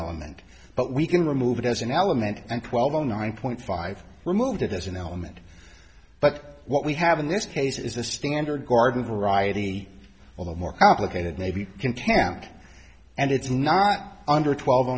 element but we can remove it as an element and twelve o nine point five removed it as an element but what we have in this case is the standard garden variety or the more complicated maybe content and it's not under twelve o